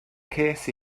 ces